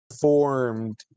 formed